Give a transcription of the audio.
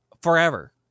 forever